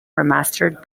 remastered